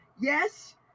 yes